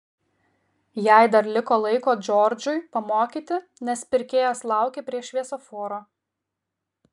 jai dar liko laiko džordžui pamokyti nes pirkėjas laukė prie šviesoforo